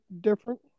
different